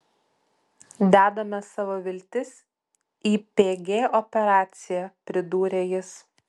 dedame savo viltis į pg operaciją pridūrė jis